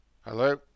Hello